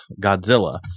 Godzilla